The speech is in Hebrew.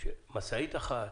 משאית אחת